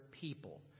people